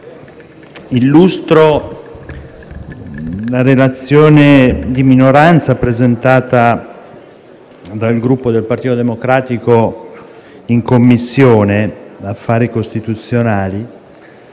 illustro la relazione di minoranza presentata dal Gruppo Partito Democratico in Commissione affari costituzionali